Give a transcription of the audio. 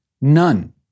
None